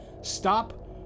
Stop